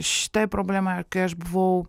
šitai problemai kai aš buvau